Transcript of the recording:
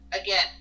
again